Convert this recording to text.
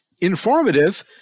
informative